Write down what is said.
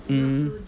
um